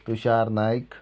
Tushar Naik